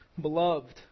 Beloved